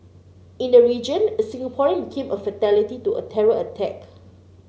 in the region a Singaporean became a fatality to a terror attack